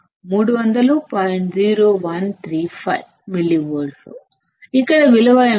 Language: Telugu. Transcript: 0135 మిల్లివోల్ట్స్ఇక్కడ విలువ ఏమిటి